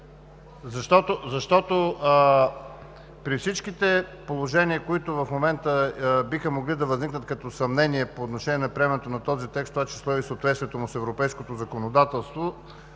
Защото при всичките положения, които в момента биха могли да възникнат като съмнения по отношение на приемането на този текст, в това число и съответствието му с европейското законодателство,